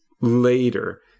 later